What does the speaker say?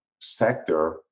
sector